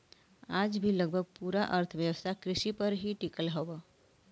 आज भी लगभग पूरा अर्थव्यवस्था कृषि पर ही टिकल हव